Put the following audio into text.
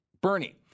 Bernie